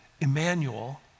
Emmanuel